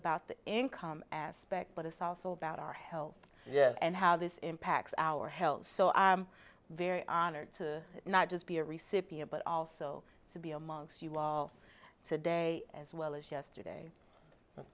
about the income aspect but it's also about our health and how this impacts our health so i'm very honored to not just be a recipient but also to be amongst you lot today as well as yesterday and